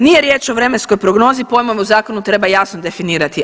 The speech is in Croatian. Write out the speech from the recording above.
Nije riječ o vremenskoj prognozi, pojmove u zakonu treba jasno definirati.